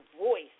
voice